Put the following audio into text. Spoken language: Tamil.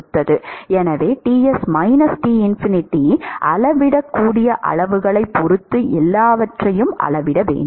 எனவே அளவிடக்கூடிய அளவுகளைப் பொறுத்து எல்லாவற்றையும் அளவிட வேண்டும்